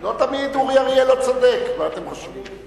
לא תמיד אורי אריאל לא צודק, מה אתם חושבים.